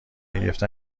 گرفتن